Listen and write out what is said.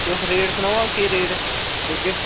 ते तुस रेट सनाओ हां केह् रेट देगे